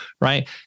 right